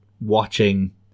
watching